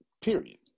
Period